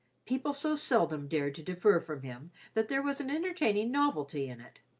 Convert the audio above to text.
people so seldom dared to differ from him that there was an entertaining novelty in it.